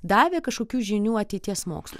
davė kažkokių žinių ateities mokslui